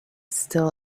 still